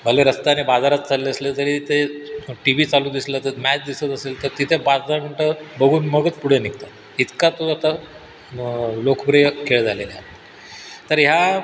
पहिले रस्त्याने बाजारात चालले असले तरी ते टी वी चालू दिसला तर मॅच दिसत असेल तर तिथे पाच दहा मिनटं बघून मगच पुढे निघतो इतका तो आता म लोकप्रिय खेळ झालेला आहे तर ह्या